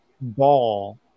ball